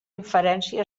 inferència